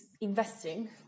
investing